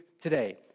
today